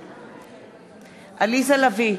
נגד עליזה לביא,